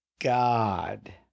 God